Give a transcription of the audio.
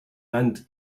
and